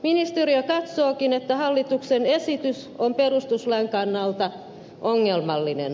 ministeriö katsookin että hallituksen esitys on perustuslain kannalta ongelmallinen